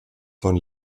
von